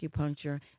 acupuncture